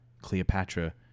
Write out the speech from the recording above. Cleopatra